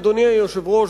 אדוני היושב-ראש,